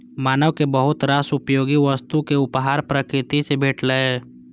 मानव कें बहुत रास उपयोगी वस्तुक उपहार प्रकृति सं भेटलैए